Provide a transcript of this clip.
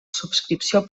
subscripció